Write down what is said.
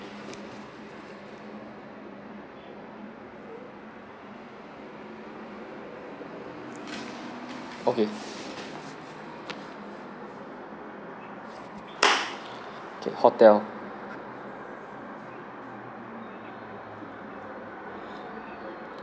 okay hotel